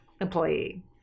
employee